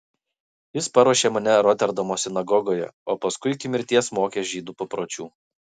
jis paruošė mane roterdamo sinagogoje o paskui iki mirties mokė žydų papročių